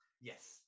Yes